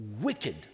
wicked